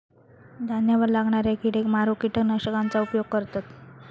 धान्यावर लागणाऱ्या किडेक मारूक किटकनाशकांचा उपयोग करतत